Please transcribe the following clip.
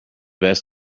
best